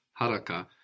haraka